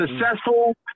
successful